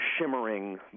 shimmering